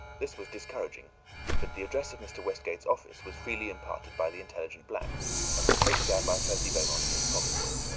this was discouraging but the address of mr. westgate's office was freely imparted by the intelligent black and was taken down by percy beaumont in his pocketbook.